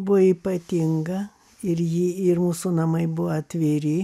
buvo ypatinga ir ji ir mūsų namai buvo atviri